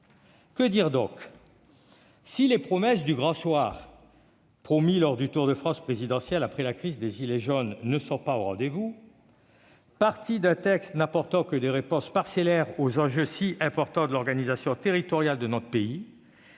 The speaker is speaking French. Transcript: Que dire donc ? Si les promesses de grand soir formulées lors du tour de France présidentiel après la crise des « gilets jaunes » ne sont pas au rendez-vous, après être partis d'un projet de loi n'apportant que des réponses parcellaires aux enjeux si importants de l'organisation territoriale de notre pays,